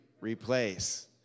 replace